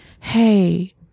Hey